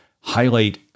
highlight